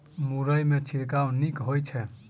मुरई मे छिड़काव नीक होइ छै?